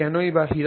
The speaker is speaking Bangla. কেনই বা হীরা হয়